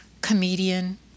comedian